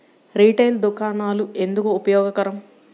Retail దుకాణాలు ఎందుకు ఉపయోగకరం?